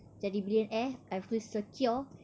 jadi billionaire I feel secure